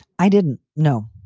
i didn't know,